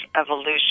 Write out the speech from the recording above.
evolution